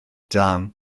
dan